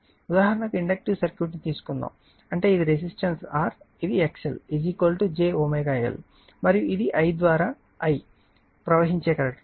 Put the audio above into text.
ఉదాహరణకు inductive circuit ని తీసుకుందాము అంటే ఇది రెసిస్టెన్స్ R ఇది XL JL ω మరియు ఇది I ద్వారా ప్రవహించే కరెంట్